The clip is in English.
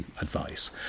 advice